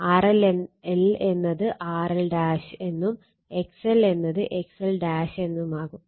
RL എന്നത് RL എന്നും XL എന്നത് XL എന്നുമാകും